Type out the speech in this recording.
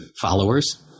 followers